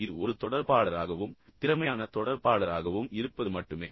இது ஒரு தொடர்பாளராகவும் திறமையான தொடர்பாளராகவும் இருப்பது மட்டுமே